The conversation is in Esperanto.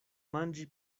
manĝi